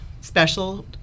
special